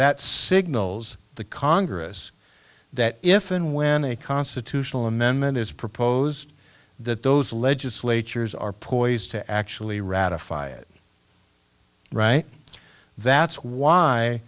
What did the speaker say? that signals the congress that if and when a constitutional amendment is proposed that those legislatures are poised to actually ratify it right that's why